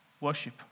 worship